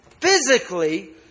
physically